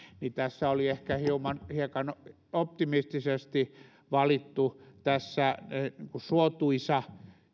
niin tässä oli ehkä hieman optimistisesti valittu suotuisa